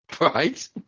Right